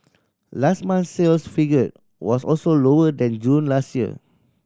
last month's sales figure was also lower than June last year